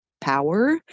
power